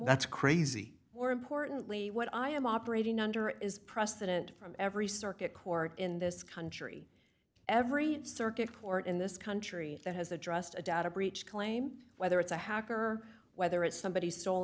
that's crazy more importantly what i am operating under is precedent from every circuit court in this country every circuit court in this country that has addressed a data breach claim whether it's a hacker or whether it's somebody stole